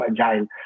agile